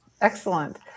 excellent